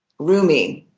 rumi,